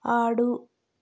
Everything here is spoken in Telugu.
ఆడు